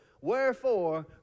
Wherefore